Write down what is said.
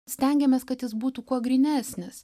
stengiamės kad jis būtų kuo grynesnis